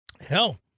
Hell